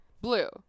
Blue